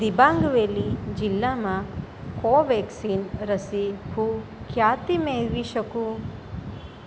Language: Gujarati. દિબાંગ વેલી જિલ્લામાં કોવેક્સિન રસી હું ક્યાંથી મેળવી શકું